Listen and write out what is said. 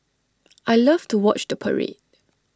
I love to watch the parade